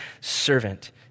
servant